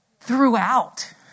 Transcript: throughout